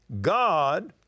God